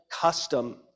custom